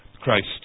Christ